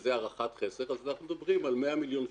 וזו הערכת חסד אנחנו מדברים על 100 מיליון שקלים.